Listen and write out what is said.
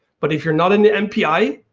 but if you're not in the npi,